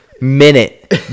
minute